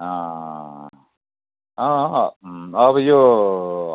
अँ अब यो